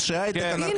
אנשי ההיי-טק אנרכיסטים.